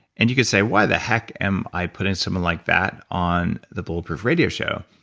and you can say, why the heck am i putting someone like that on the bulletproof radio show?